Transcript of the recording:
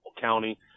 County